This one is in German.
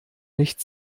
nicht